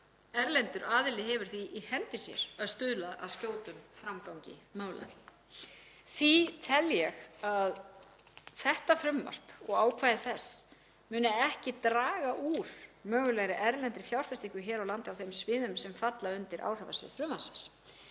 Erlendur aðili hefur því í hendi sér að stuðla að skjótum framgangi mála. Því tel ég að þetta frumvarp og ákvæði þess muni ekki draga úr mögulegri erlendri fjárfestingu hér á landi á þeim sviðum sem falla undir áhrifasvið frumvarpsins.